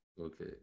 Okay